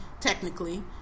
technically